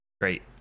Great